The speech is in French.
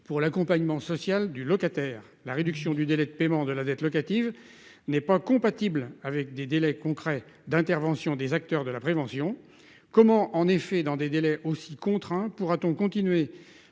pour l'accompagnement social du locataire. La réduction du délai de paiement de la dette locative n'est pas compatible avec des délais concrets d'intervention des acteurs de la prévention. Comment en effet dans des délais aussi contraints pourra-t-on continuer